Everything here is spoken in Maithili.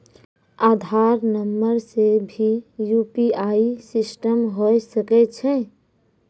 आधार नंबर से भी यु.पी.आई सिस्टम होय सकैय छै?